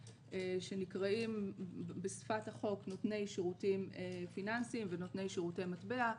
שנקראים בשפת החוק נותני שירותים פיננסיים ונותני שירותי מטבע,